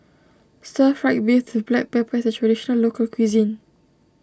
Stir Fried Beef with Black Pepper is a Traditional Local Cuisine